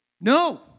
no